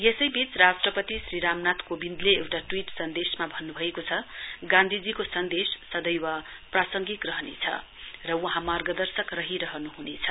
यसै वीच राष्ट्रपति श्री रामनाथ कोविन्दले एउटा ट्वीट सन्देशमा भन्नुभएको छ गान्धीजीको सन्देश सदैव प्रासंगिक रहनेछ र वहाँ मार्गदर्शक रहिरहनुहुनेछ